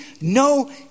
no